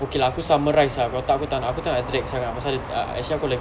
okay lah aku summarise ah kalau tak aku tak nak tak nak drag sangat pasal dia ah actually aku lagi